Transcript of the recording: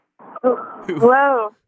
Hello